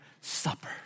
supper